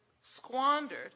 squandered